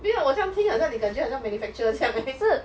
没有我将听好像你感觉好像 manufacture 将 leh